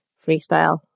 freestyle